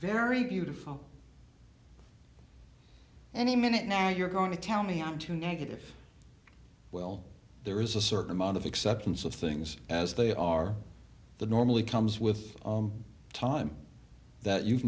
very beautiful any minute now you're going to tell me how to negative well there is a certain amount of acceptance of things as they are the normally comes with time that you've